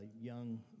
young